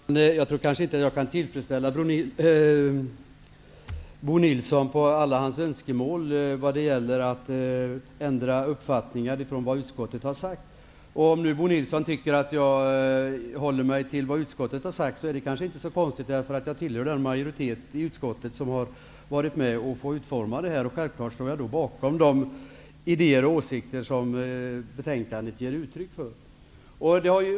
Herr talman! Jag tror kanske inte att jag kan tillfredsställa Bo Nilssons alla önskemål vad gäller att ändra uppfattning i förhållande till vad utskottet har sagt. Om Bo Nilsson tycker att jag håller mig till vad utskottet har sagt är det kanske inte så konstigt, därför att jag tillhör den majoritet i utskottet som har varit med om att utforma den här skrivningen. Självfallet står jag bakom de idéer och åsikter som betänkandet ger uttryck för.